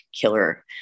killer